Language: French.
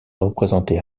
représentait